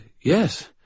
Yes